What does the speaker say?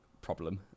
problem